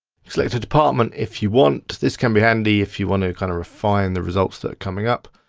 select a department if you want, this can be handy if you wanna kind of refine the results that are coming up,